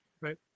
Right